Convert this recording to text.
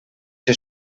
ser